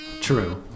True